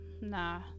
Nah